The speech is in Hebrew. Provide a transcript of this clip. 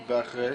ואחרי?